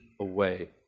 away